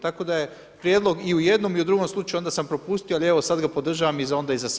Tako da je prijedlog i u jednom i u drugom slučaju, onda sam propustio ali evo sada ga podržavam i za onda i za sad.